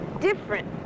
different